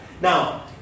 Now